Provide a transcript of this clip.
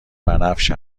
بنفش